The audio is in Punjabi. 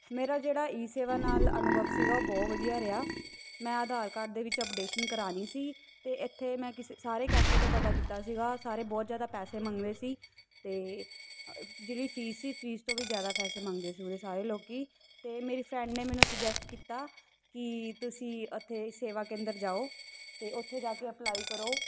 ਮੇਰਾ ਜਿਹੜਾ ਈ ਸੇਵਾ ਨਾਲ ਅਨੁਭਵ ਸੀਗਾ ਉਹ ਬਹੁਤ ਵਧੀਆ ਰਿਹਾ ਮੈਂ ਆਧਾਰ ਕਾਰਡ ਦੇ ਵਿੱਚ ਅਪਡੇਸ਼ਨ ਕਰਵਾਉਣੀ ਸੀ ਅਤੇ ਇੱਥੇ ਮੈਂ ਕਿਸੇ ਸਾਰੇ ਕੈਫੇ ਤੋਂ ਪਤਾ ਕੀਤਾ ਸੀਗਾ ਸਾਰੇ ਬਹੁਤ ਜ਼ਿਆਦਾ ਪੈਸੇ ਮੰਗਦੇ ਸੀ ਅਤੇ ਜਿਹੜੀ ਫੀਸ ਸੀ ਫੀਸ ਤੋਂ ਵੀ ਜ਼ਿਆਦਾ ਪੈਸੇ ਮੰਗਦੇ ਸੀ ਉਰੇ ਸਾਰੇ ਲੋਕ ਅਤੇ ਮੇਰੀ ਫਰੈਂਡ ਨੇ ਮੈਨੂੰ ਸਜੈਸਟ ਕੀਤਾ ਕਿ ਤੁਸੀਂ ਉੱਥੇ ਸੇਵਾ ਕੇਂਦਰ ਜਾਓ ਅਤੇ ਉੱਥੇ ਜਾ ਕੇ ਅਪਲਾਈ ਕਰੋ